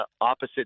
opposite